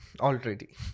already